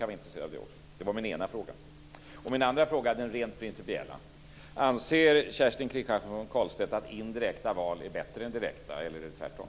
Kanske kan det också intressera flera andra. Min andra fråga är rent principiell: Anser Kerstin Kristiansson Karlstedt att indirekta val är bättre än direkta, eller är det tvärtom?